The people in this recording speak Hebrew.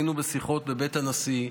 היינו בשיחות בבית הנשיא.